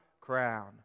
crown